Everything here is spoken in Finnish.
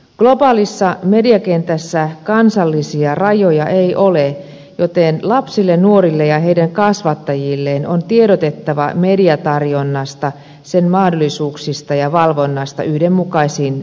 globaalissa mediakentässä kansallisia rajoja ei ole joten lapsille nuorille ja heidän kasvattajilleen on tiedotettava mediatarjonnasta sen mahdollisuuksista ja valvonnasta yhdenmukaisin keinoin